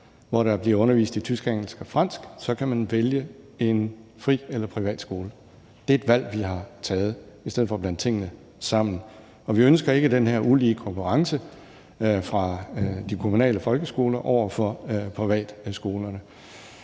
hvor der bliver undervist på tysk, engelsk og fransk, kan man vælge en fri- eller privatskole. Det er et valg, vi har taget i stedet for at blande tingene sammen, og vi ønsker ikke den her ulige konkurrence fra de kommunale folkeskoler over for privatskolerne.